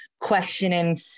questioning